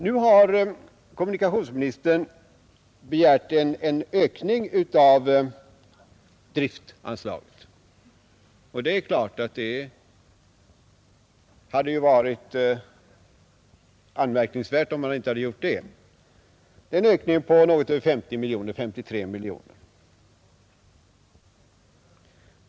Nu har kommunikationsministern begärt en ökning av driftanslaget — och det hade ju varit anmärkningsvärt om han inte hade gjort det — på 53 miljoner kronor.